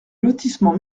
lotissement